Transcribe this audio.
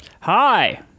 Hi